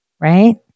right